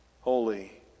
holy